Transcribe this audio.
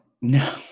no